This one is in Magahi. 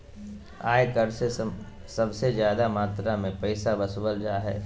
आय कर से सबसे ज्यादा मात्रा में पैसा वसूलल जा हइ